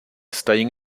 staying